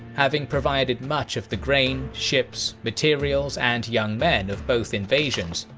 having provided much of the grain, ships, materials and young men of both invasions.